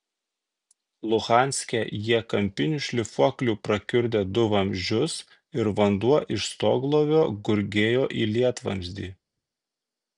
luhanske jie kampiniu šlifuokliu prakiurdė du vamzdžius ir vanduo iš stoglovio gurgėjo į lietvamzdį